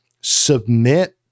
submit